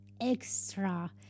extra